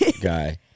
guy